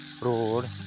road